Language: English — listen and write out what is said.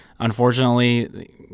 Unfortunately